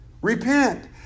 Repent